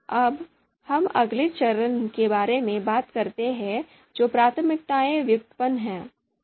अब हम अगले चरण के बारे में बात करते हैं जो प्राथमिकताएं व्युत्पन्न हैं